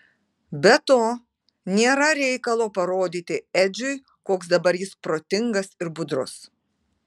be to nėra reikalo parodyti edžiui koks dabar jis protingas ir budrus